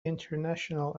international